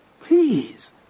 please